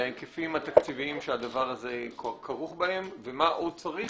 ההיקפים התקציביים שהדבר הזה כרוך בהם ומה עוד צריך